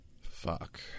Fuck